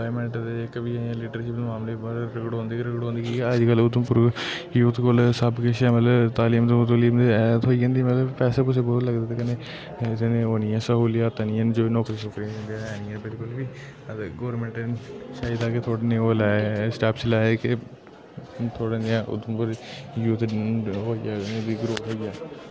employment दे जियां कभी लीडरशीप दे मामले पर रगड़ोंदी रगड़ोंदी ऐ अज्जकल उधमपुर यूथ कोल सब किश ऐ मतलब तालीम तलीम ते हे थ्होई जन्दी मतलब पैसे पुसे बोह्त लगदे ते कन्नै ओह् नि ऐ स्हूलियत नेईं ऐ जियां नौकरी छोकरी ते हे नि ऐ बिलकुल बी अते गोरमेंट जेह्का थोह्ड़े ने ओह् लै स्टेप्स लै कि थोह्ड़ा नेहा उधमपुर यूथ इयां होई जाए ग्रोथ होई जा